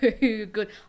good